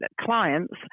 clients